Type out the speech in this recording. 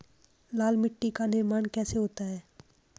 लाल मिट्टी का निर्माण कैसे होता है?